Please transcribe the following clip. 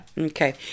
Okay